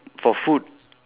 for food